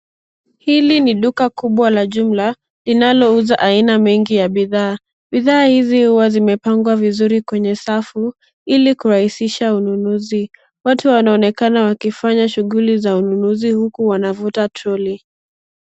Hili ni duka kubwa la jumla linalouza aina mengi ya bidhaa. Bidhaa hizi huwa zimepangwa vizuri kwenye safu ili kurahisisha ununuzi. Watu wanafanya shughuli nyingi za ununuzi huku wanavuta toroli.